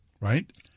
right